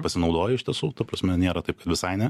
pasinaudojo iš tiesų ta prasme nėra taip kad visai ne